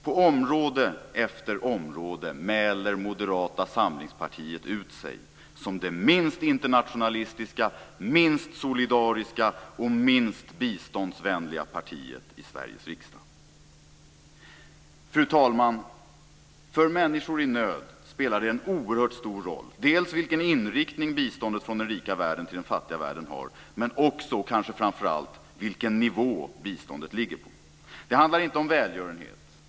På område efter område mäler Moderata samlingspartiet ut sig som det minst internationalistiska, minst solidariska och minst biståndsvänliga partiet i Sveriges riksdag. Fru talman! För människor i nöd spelar det en oerhört stor roll dels vilken inriktning biståndet från den rika världen till den fattiga världen har, dels också, och kanske framför allt, vilken nivå biståndet ligger på. Det handlar inte om välgörenhet.